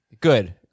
Good